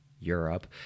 Europe